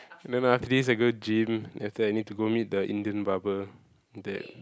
and then after this I go gym then after that I need go meet the Indian barber that